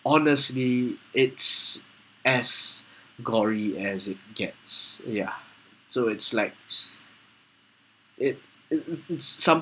honestly it's as gory as it gets ya so it's like it it it it